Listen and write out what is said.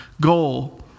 goal